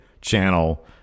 channel